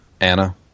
Anna